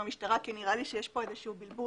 המשטרה כי נראה לי שיש כאן איזשהו בלבול,